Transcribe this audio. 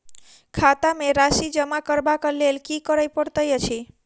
खाता मे राशि जमा करबाक लेल की करै पड़तै अछि?